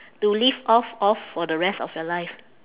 to live off of for the rest of your life